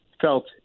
felt